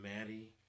Maddie